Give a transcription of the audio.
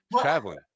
traveling